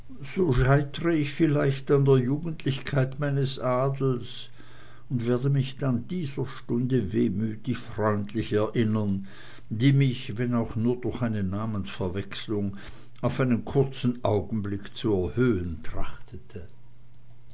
so scheitre ich vielleicht an der jugendlichkeit meines adels und werde mich dann dieser stunde wehmütig freundlich erinnern die mich wenn auch nur durch eine namensverwechslung auf einen kurzen augenblick zu erhöhen